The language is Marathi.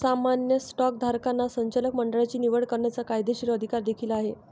सामान्य स्टॉकधारकांना संचालक मंडळाची निवड करण्याचा कायदेशीर अधिकार देखील आहे